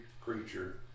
creature